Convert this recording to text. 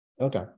Okay